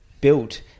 built